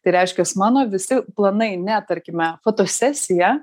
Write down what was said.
tai reiškias mano visi planai ne tarkime fotosesija